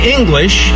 English